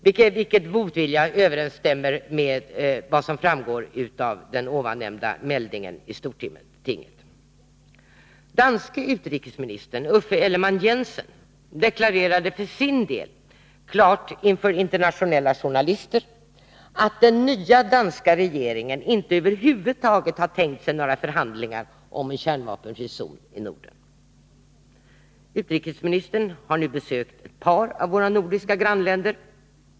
Den motviljan överensstämmer med det som framgår av den nämnda meldingeni stortinget. Danske utrikesministern Uffe Ellemann-Jensen deklarerade för sin del klart inför internationella journalister att den nya danska regeringen inte över huvud taget har tänkt sig några förhandlingar om en kärnvapenfri zon i Norden. Utrikesministern har nu besökt ett par av våra nordiska grannländer.